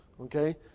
okay